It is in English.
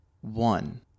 One